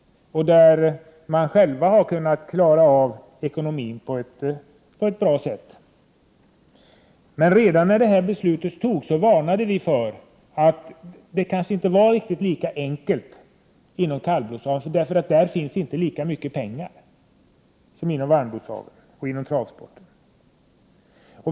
1988/89:110 har kunnat klara av ekonomin på ett bra sätt. Men redan när det här beslutet 9 maj 1989 fattades varnade vi för att det kanske inte var riktigt lika enkelt när det gällde kallblodsaveln — där finns inte lika mycket pengar som inom varmblodsaveln och inom travsporten.